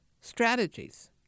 strategies